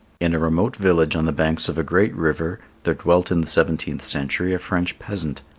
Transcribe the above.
in a remote village on the banks of a great river there dwelt in the seventeenth century a french peasant,